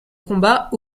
combat